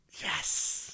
yes